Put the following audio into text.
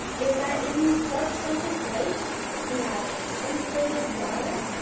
is that in these subsurface lakes we have isolated water,